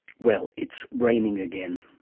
well, it's raining again.